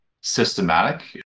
systematic